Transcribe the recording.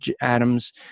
Adams